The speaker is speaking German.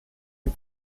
den